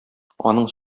аның